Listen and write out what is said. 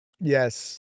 Yes